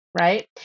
right